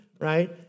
right